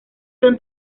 son